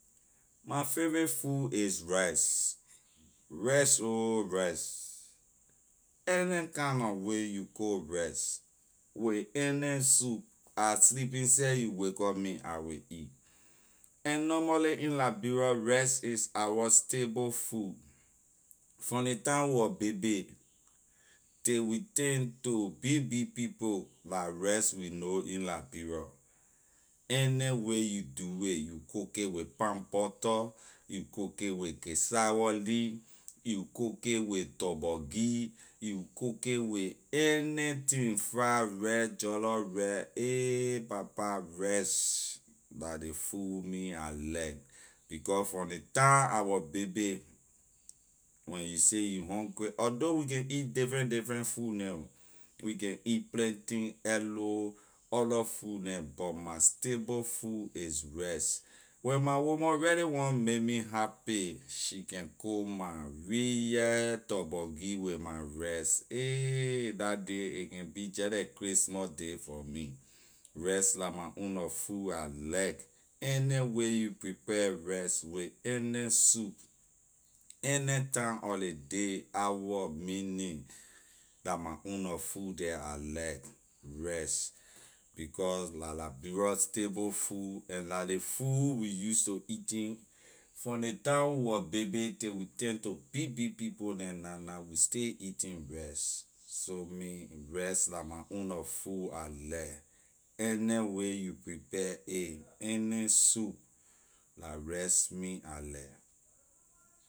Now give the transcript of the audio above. My favorite food is rice, rice ho rice. Any kind na way you cook rice with any soup I sleeping seh you wake up me I will eat. And normally in liberia rice is our staple food from ley time we wor baby, till we turn to big big people la rice we know in liberia. Any way you do it, you cook it with palm butter, you cook it with cassawor lee, you cook it with torborgee, you cook it with anything fried rice, jollor rice ay papa rice la ley food me I like becor from ley time I was baby, when you say you hungry although we can eat different different food neh we can eat plantain, eddo, other food neh but my stable food is rice. When my woman really want may me happy, she can cook my real torborgee with my rice ayy la day a can be just like christmas day for me. Rice la my own nor food I like any way you prepare rice with any soup, any time of ley day, hour, minute la my own nor food the I like rice because la liberia stable food and la ley food we use to eating from ley time we wor baby till we turn to big big people neh na na we still eating rice so me rice la my own nor food I like any way you prepare a any soup la rice me I like.